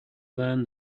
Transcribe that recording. learn